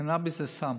קנביס זה סם,